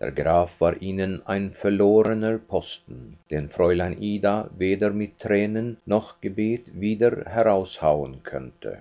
der graf war ihnen ein verlorener posten den fräulein ida weder mit tränen noch gebet wieder heraushauen könnte